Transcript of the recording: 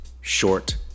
short